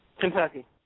Kentucky